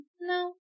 no